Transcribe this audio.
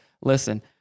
listen